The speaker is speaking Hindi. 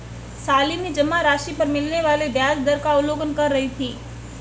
शालिनी जमा राशि पर मिलने वाले ब्याज दर का अवलोकन कर रही थी